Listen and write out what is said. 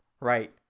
Right